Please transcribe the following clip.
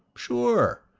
sure!